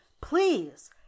please